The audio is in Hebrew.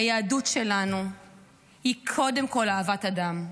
היהדות שלנו היא קודם כול אהבת אדם.